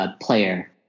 player